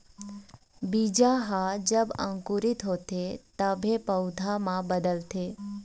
बीजा ह जब अंकुरित होथे तभे पउधा म बदलथे